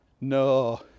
no